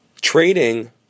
Trading